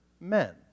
men